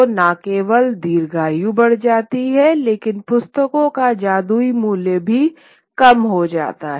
तो न केवल दीर्घायु बढ़ जाती है लेकिन पुस्तकों का जादुई मूल्य भी कम होता है